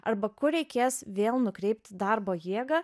arba kur reikės vėl nukreipti darbo jėgą